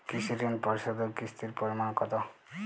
কৃষি ঋণ পরিশোধের কিস্তির পরিমাণ কতো?